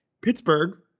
Pittsburgh